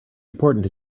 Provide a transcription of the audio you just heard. important